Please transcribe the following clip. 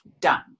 done